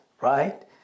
right